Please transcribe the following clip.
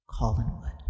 collinwood